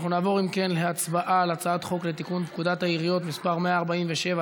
אנחנו נעבור להצבעה על תיקון פקודת העיריות (תיקון מס' 147),